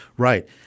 Right